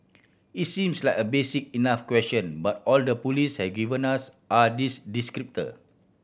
it seems like a basic enough question but all the police have given us are these descriptors